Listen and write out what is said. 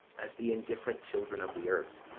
as the indifferent children of the earth.